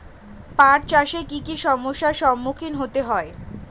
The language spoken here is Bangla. পাঠ চাষে কী কী সমস্যার সম্মুখীন হতে হয়?